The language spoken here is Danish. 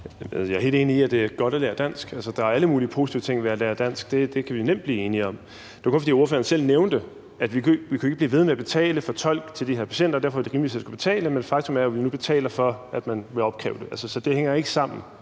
Jeg er helt enig i, at det er godt at lære dansk, og at der er alle mulige positive ting ved at lære dansk. Det kan vi nemt blive enige om. Men det var kun, fordi ordføreren selv nævnte, at vi jo ikke kunne blive ved med at betale for en tolk til de her patienter, og at det derfor er rimeligt, at de selv skal betale. Men faktum er jo, at vi nu betaler for, at man vil opkræve det. Så systemet hænger jo ikke sammen,